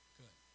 good